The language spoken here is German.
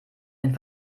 den